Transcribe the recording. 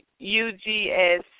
UGS